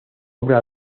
obra